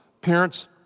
Parents